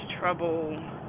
trouble